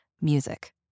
music